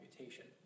mutation